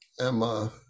Emma